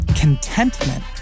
Contentment